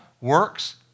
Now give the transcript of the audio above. works